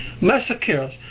massacres